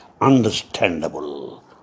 understandable